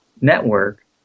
network